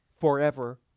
forever